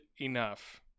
enough